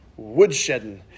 Woodshedding